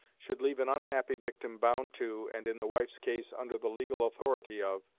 should leave an unhappy victim bound to, and in the wife's case under the legal authority of,